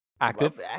active